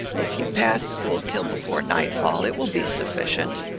if you pass schuylkill before nightfall, it will be sufficient.